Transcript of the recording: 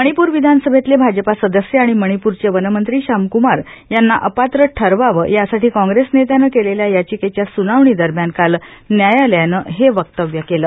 मणिपूर विधानसमेतले भाजपा सदस्य आणि मणिपूरचे वनमंत्री श्यामकुमार यांना अपात्र ठरवावं यासाठी काँप्रेस नेत्यानं केलेल्या याधिकेष्या सुनावणी दरम्यान काल न्यायालयानं हे वक्तव्य केलं